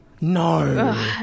No